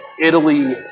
Italy